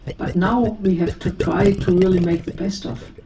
but now we have to try to really make the best of,